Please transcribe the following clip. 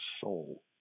soul